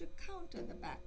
to count on the back